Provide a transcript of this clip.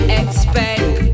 expect